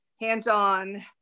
hands-on